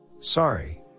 Sorry